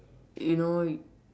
you know